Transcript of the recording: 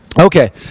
Okay